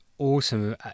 awesome